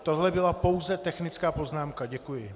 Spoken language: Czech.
Tohle byla pouze technická poznámka, děkuji.